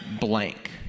blank